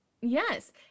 Yes